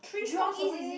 Jurong-East is it